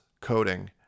coding